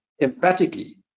emphatically